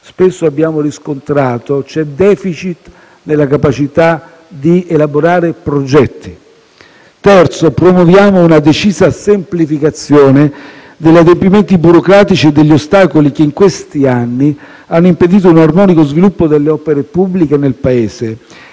abbiamo riscontrato un *deficit* nella capacità di elaborare progetti. In terzo luogo, proviamo una decisa semplificazione degli adempimenti burocratici e degli ostacoli che in questi anni hanno impedito un armonico sviluppo delle opere pubbliche nel Paese,